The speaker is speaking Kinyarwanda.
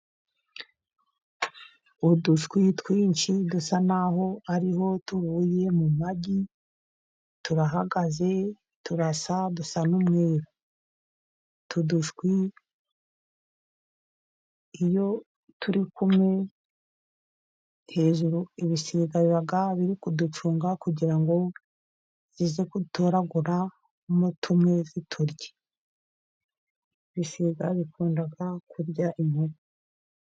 Udushwi twinshi dusa n'aho ariho tuvuye mu magi, turahagaze turasa, dusa n'umweru. Utu dushwi iyo turi kumwe, hejuru ibisiga biba biri kuducunga kugira ngo bize gutoraguramo tumwe biturye. Ibisiga bikunda kurya imishwi.